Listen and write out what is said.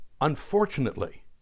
Unfortunately